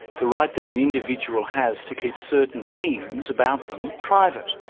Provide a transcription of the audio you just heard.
the right that an individual has to keep certain things about them private.